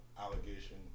allegation